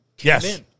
Yes